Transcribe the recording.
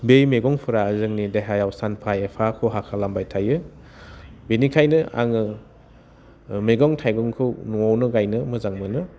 बै मैगंफोरा जोंनि देहायाव सानफा एफा खहा खालामबाय थायो बिनिखायनो आङो मैगं थाइगंखौ न'आवनो गायनो मोजां मोनो